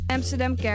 Amsterdam